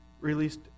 released